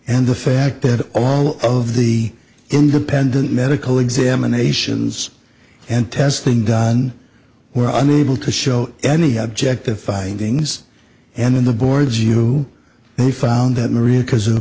and the fact that all of the independent medical examinations and testing done were unable to show any objective findings and in the boards you know we found that maria because of the